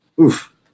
oof